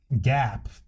gap